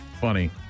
funny